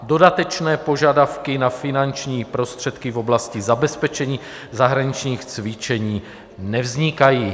Dodatečné požadavky na finanční prostředky v oblasti zabezpečení zahraničních cvičení nevznikají.